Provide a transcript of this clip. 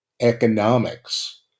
economics